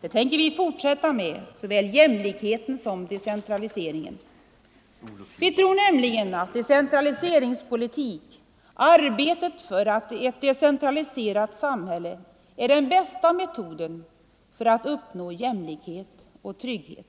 Det tänker vi fortsätta med, såväl jämlikheten som decentraliseringen. Vi tror nämligen att decentraliseringspolitik — arbetet för ett decentraliserat samhälle är den bästa metoden för att uppnå jämlikhet och trygghet.